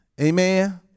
Amen